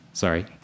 sorry